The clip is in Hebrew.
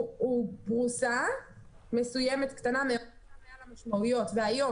הוא פרוסה מסוימת קטנה מאוד שפעם היו לה משמעויות